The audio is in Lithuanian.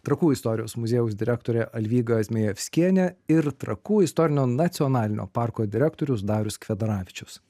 trakų istorijos muziejaus direktorė alvyga zmejevskienė ir trakų istorinio nacionalinio parko direktorius darius kvedaravičius